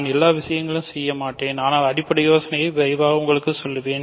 நான் எல்லா விவரங்களையும் செய்ய மாட்டேன் ஆனால் அடிப்படை யோசனையை விரைவாக உங்களுக்குச் சொல்வேன்